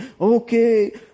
Okay